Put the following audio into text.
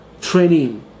training